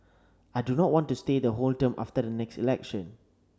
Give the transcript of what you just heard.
I do not want to stay the whole term after the next election